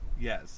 Yes